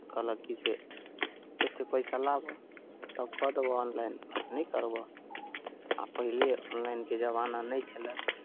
कहलक कि जे एतेक पैसा लाबह तब कऽ देबह ऑनलाइन नहि तऽ नहि करबह आ पहिले ऑनलाइनके जमाना नहि छलय